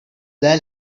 then